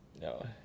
no